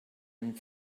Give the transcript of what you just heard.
and